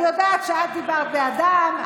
אני יודעת שאת דיברת בעדם,